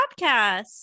podcast